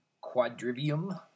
quadrivium